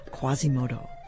Quasimodo